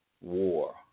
War